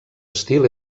estil